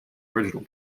original